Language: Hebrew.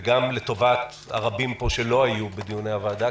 וגם לטובת הרבים פה שלא היו בדיוני הוועדה.